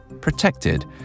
protected